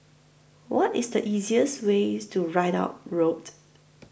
What IS The easiest Way to Ridout Road